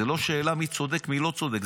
זה לא שאלה מי צודק, מי לא צודק.